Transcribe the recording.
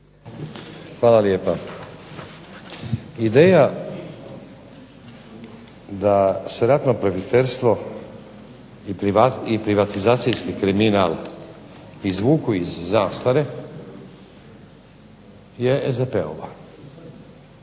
Hvala lijepa. Ideja da se ratno profiterstvo i privatizacijski kriminal izvuku iz zastare je SDP-ova.